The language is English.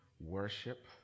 worship